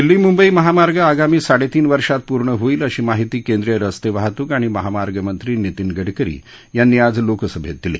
दिल्ली मुंबई महामार्ग आगामी साडेतीन वर्षात पूर्ण होईल अशी माहिती केंद्रीय रस्तेवाहत्क आणि महामार्गमंत्री नितीन गडकरी यांनी आज लोकसभेत दिली